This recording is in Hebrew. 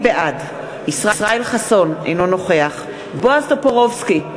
בעד ישראל חסון, אינו נוכח בועז טופורובסקי,